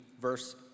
verse